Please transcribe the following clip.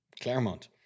Claremont